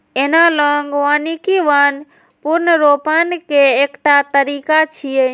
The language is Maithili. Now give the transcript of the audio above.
एनालॉग वानिकी वन पुनर्रोपण के एकटा तरीका छियै